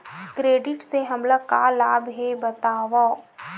Credit से हमला का लाभ हे बतावव?